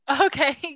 Okay